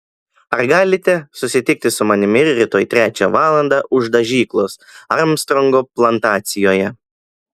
ar galite susitikti su manimi rytoj trečią valandą už dažyklos armstrongo plantacijoje